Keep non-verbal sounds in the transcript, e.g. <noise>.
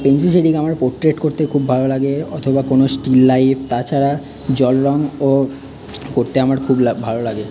pencil shading আমার portrait করতে খুব ভালো লাগে অথবা কোনো স্টিল লাইফ তাছাড়া জলরঙও করতে আমার খুব <unintelligible> ভালো লাগে